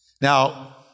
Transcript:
Now